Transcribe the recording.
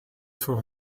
for